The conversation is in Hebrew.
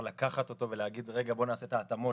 לקחת אותו ולהגיד בואו נעשה את ההתאמות